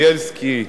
בילסקי,